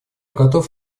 готов